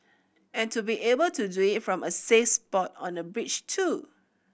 and to be able to do it from a safe spot on a bridge too